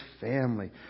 family